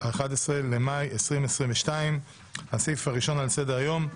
11 במאי 2022. הסעיף הראשון על סדר-היום: